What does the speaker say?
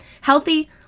Healthy